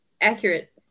Accurate